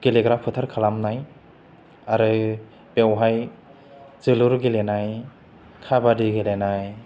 गेलेग्रा फोथार खालामनाय आरो बेवहाय जोलुर गेलेनाय काबादि गेलेनाय